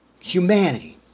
humanity